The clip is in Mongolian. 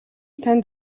танд